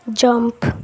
jump